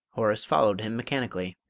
horace followed him mechanically.